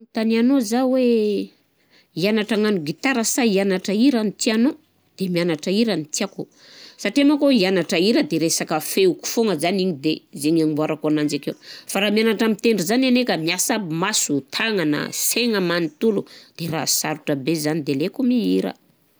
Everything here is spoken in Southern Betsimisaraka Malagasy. Tanianao zah hoe mianatra hianatra agnano gitara sa hianatra ihira no tianao. De mianatra hira no tiako satria manko hianatra hira de resaka feo foana zany igny de zaigny agnamboarako ananjy akeo fa raha mianatra mitendry zany ne ka miasa aby maso, tàgnana, segna manontolo, de raha sarotra be zany de aleoko mihira.